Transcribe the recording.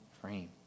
frame